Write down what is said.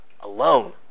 alone